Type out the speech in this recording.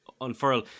unfurl